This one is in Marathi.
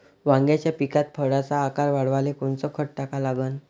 वांग्याच्या पिकात फळाचा आकार वाढवाले कोनचं खत टाका लागन?